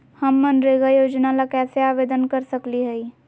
हम मनरेगा योजना ला कैसे आवेदन कर सकली हई?